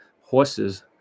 horses